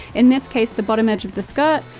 in this case the bottom edge of the skirt,